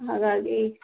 ಹಾಗಾಗಿ